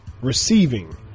Receiving